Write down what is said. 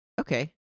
Okay